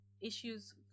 issues